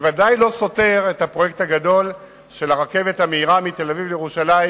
וודאי לא סותר את הפרויקט הגדול של הרכבת המהירה מתל-אביב לירושלים,